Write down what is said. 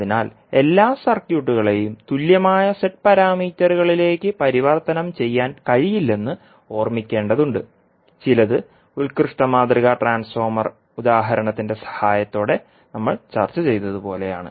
അതിനാൽ എല്ലാ സർക്യൂട്ടുകളെയും തുല്യമായ z പാരാമീറ്ററുകളിലേക്ക് പരിവർത്തനം ചെയ്യാൻ കഴിയില്ലെന്ന് ഓർമിക്കേണ്ടതുണ്ട് ചിലത് ഉത്കൃഷ്ട മാതൃക ട്രാൻസ്ഫോർമർ ഉദാഹരണത്തിന്റെ സഹായത്തോടെ നമ്മൾ ചർച്ച ചെയ്തതുപോലെയാണ്